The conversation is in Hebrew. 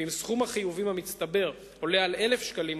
ואם סכום החיובים המצטבר גדול מ-1,000 שקלים,